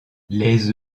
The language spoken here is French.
les